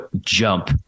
jump